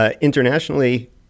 internationally